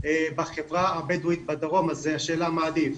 בחברה הבדואית בדרום, אז השאלה מה עדיף.